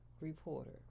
reporter